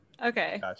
Okay